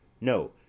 No